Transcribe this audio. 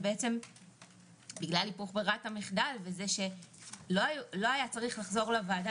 בעצם בגלל היפוך ברירת המחדל וזה שלא היה צריך לחזור לוועדה,